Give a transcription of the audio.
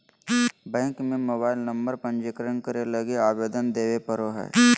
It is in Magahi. बैंक में मोबाईल नंबर पंजीकरण करे लगी आवेदन देबे पड़ो हइ